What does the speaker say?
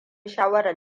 shawarar